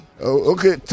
Okay